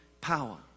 power